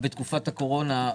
בתקופת הקורונה,